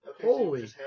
Holy